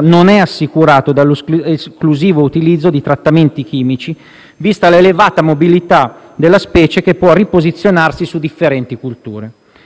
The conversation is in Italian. non è assicurato dall'esclusivo utilizzo di trattamenti chimici, vista l'elevata mobilità della specie, che può riposizionarsi su differenti colture.